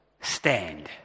stand